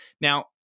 Now